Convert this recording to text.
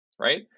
right